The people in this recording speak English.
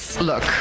Look